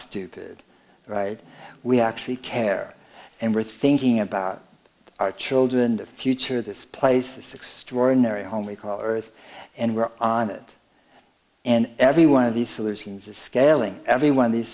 stupid right we actually care and we're thinking about our children the future of this place this extraordinary home we call earth and we're on it and every one of these solutions is scaling every one of these